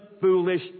foolish